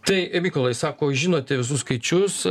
tai mykolai sako žinote visus skaičius